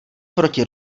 proti